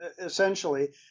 essentially